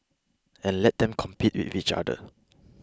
and let them compete with each other